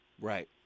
Right